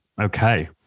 okay